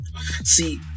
See